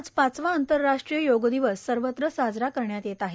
आज पाचवा आंतरराष्ट्रीय योग दिवस सर्वत्र साजरा करण्यात येत आहे